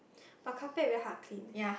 but carpet very hard to clean